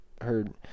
heard